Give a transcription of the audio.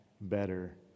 better